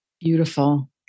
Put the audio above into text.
Beautiful